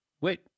Wait